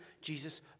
Jesus